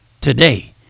today